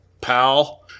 pal